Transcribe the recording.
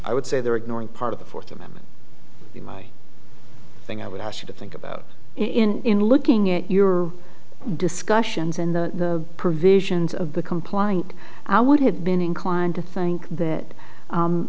i would say they're ignoring part of the fourth amendment in my thing i would ask you to think about in looking at your discussions in the provisions of the complying i would have been inclined to think that